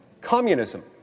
communism